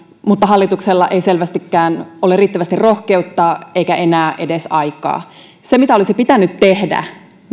mutta hallituksella ei selvästikään ole riittävästi rohkeutta eikä enää edes aikaa se mitä olisi pitänyt tehdä